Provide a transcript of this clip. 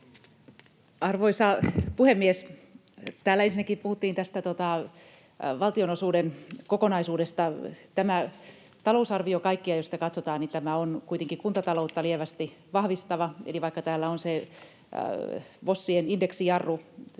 Arvoisa puhemies! Täällä ensinnäkin puhuttiin tästä valtionosuuden kokonaisuudesta. Tämä talousarvio kaikkineen, jos sitä katsotaan, on kuitenkin kuntataloutta lievästi vahvistava. Eli vaikka täällä on se VOSien indeksijarru,